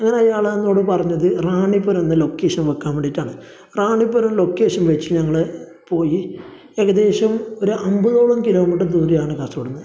അങ്ങനെ അയാൾ എന്നോട് പറഞ്ഞത് റാണിപുരം എന്ന ലൊക്കേഷൻ വയ്ക്കാൻ വേബ്ബണ്ടിയിട്ടാണ് റാണിപുരം ലൊക്കേഷൻ വച്ച് ഞങ്ങൾ പോയി ഏകദേശം ഒരു അമ്പതോളം കിലോമീറ്റർ ദൂരെയാണ് കാസർഗോഡ് നിന്ന്